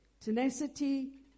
tenacity